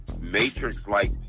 Matrix-like